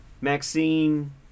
Maxine